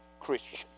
Christian